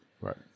Right